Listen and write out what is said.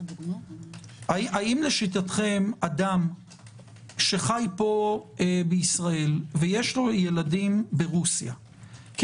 האם לשיטתכם אדם שחי פה בישראל ויש לו ילדים ברוסיה כי